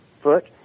foot